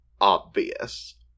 obvious